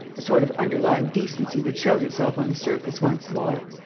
a sort of underlying decency that showed itself on the surface once more.